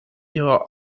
ihre